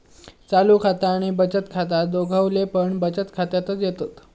चालू खाता आणि बचत खाता दोघवले पण बचत खात्यातच येतत